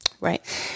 right